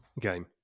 game